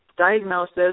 diagnosis